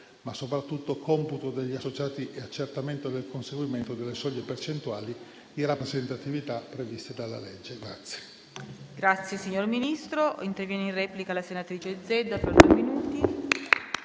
ma soprattutto computo degli associati e accertamento del conseguimento delle soglie percentuali di rappresentatività previste dalla legge.